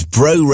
Bro